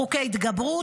חוקי התגברות,